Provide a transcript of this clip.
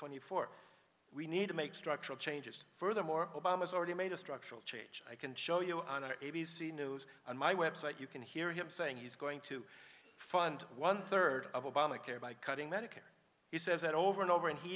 twenty four we need to make structural changes furthermore obama's already made a structural change i can show you on an a b c news on my web site you can hear him saying he's going to fund one third of obamacare by cutting medicare he says that over and over and he